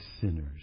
sinners